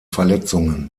verletzungen